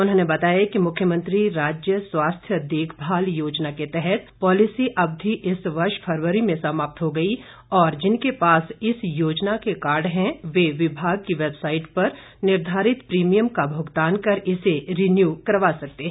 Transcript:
उन्होंने बताया कि मुख्यमंत्री राज्य स्वास्थ्य देखभाल योजना के तहत पॉलिसी अवधि इस वर्ष फरवरी में समाप्त हो गई और जिनके पास इस योजना के कार्ड हैं वह विभाग की वैबसाईट पर निर्धारित प्रीमियम का भुगतान कर इसे रिन्यू करवा सकते हैं